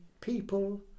people